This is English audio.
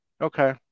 Okay